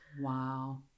Wow